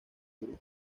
grupos